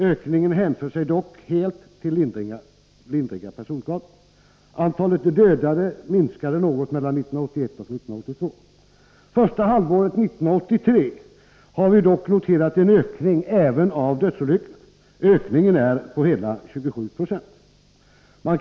Ökningen hänförde sig dock helt till lindriga personskador. Antalet dödade minskade något mellan 1981 och 1982. Första halvåret 1983 har vi dock noterat en ökning även av dödsolyckorna. Ökningen uppgår till hela 27 96.